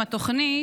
עם התוכנית,